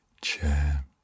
Chair